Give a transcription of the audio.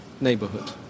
neighborhood